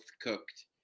cooked